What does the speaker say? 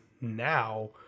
now